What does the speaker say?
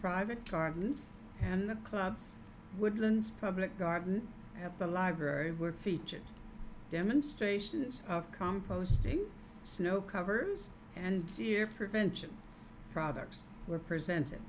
private gardens and the club's woodlands public garden at the library were featured demonstrations of composting snow cover and year prevention products were presented